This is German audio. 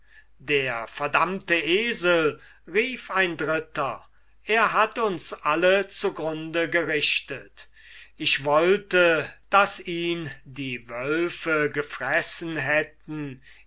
der verdammte esel rief ein dritter er hat uns alle zu grunde gerichtet ich wollte daß ihn die wölfe gefressen hätten